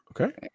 Okay